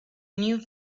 new